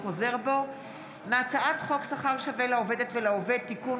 חוזר בו מהצעת חוק שכר שווה לעובדת ולעובד (תיקון,